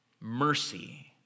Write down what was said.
Mercy